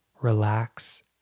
relax